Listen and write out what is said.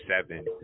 seven